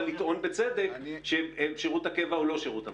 לטעון בצדק ששירות הקבע הוא לא שירות המדינה.